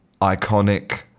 iconic